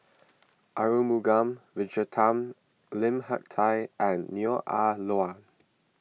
Arumugam Vijiaratnam Lim Hak Tai and Neo Ah Luan